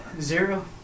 Zero